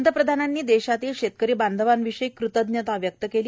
पंतप्रधानांनी देशातल्या शेतकरी बांधवांविषयी कृतज्ञता व्यक्त केली